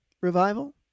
revival